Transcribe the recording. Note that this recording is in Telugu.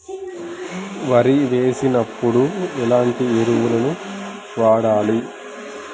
వరి వేసినప్పుడు ఎలాంటి ఎరువులను వాడాలి?